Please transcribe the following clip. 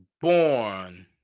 born